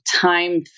time